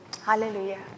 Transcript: Hallelujah